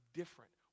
different